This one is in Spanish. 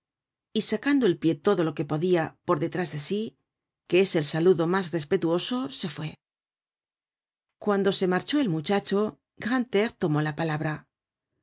y sacando el pie todo lo que podia por detrás de sí que es el saludo mas respetuoso se fué cuando se marchó el muchacho grantaire tomó la palabra